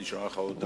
נשארה לך עוד דקה.